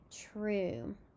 true